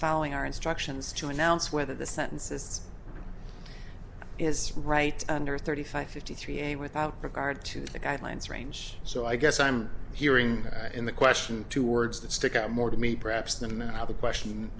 following our instructions to announce whether the sentences is right under thirty five fifty three a without regard to the guidelines range so i guess i'm hearing in the question two words that stick out more to me perhaps than now the question